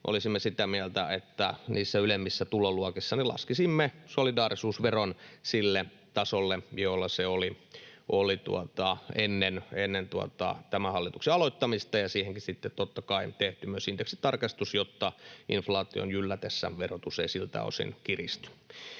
olisimme sitä mieltä, että niissä ylemmissä tuloluokissa laskisimme solidaarisuusveron rajan sille tasolle, jolla se oli ennen tämän hallituksen aloittamista, ja siihenkin sitten totta kai tekisimme myös indeksitarkastuksen, jotta inflaation jyllätessä verotus ei siltä osin kiristy.